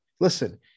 Listen